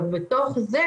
בתוך זה,